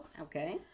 Okay